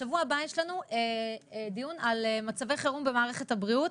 שבוע הבא יש לנו דיון על מצבי חירום במערכת הבריאות,